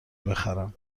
بخرم